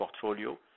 portfolio